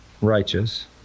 righteous